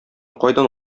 кайдан